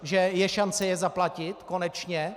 Že je šance je zaplatit konečně?